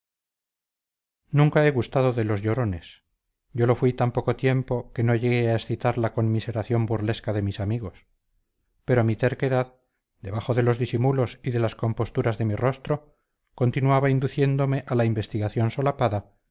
nunca he gustado de los llorones yo lo fuí tan poco tiempo que no llegué a excitar la conmiseración burlesca de mis amigos pero mi terquedad debajo de los disimulos y de las composturas de mi rostro continuaba induciéndome a la investigación solapada